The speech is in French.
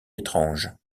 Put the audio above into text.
étrange